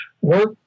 work